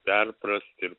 perprast ir